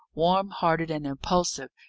warm-hearted and impulsive,